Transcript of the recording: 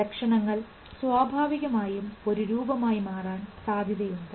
ലക്ഷണങ്ങൾ സ്വാഭാവികമായും ഒരു രൂപമായി മാറാൻ സാധ്യതയുണ്ട്